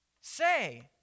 say